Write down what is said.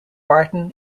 barton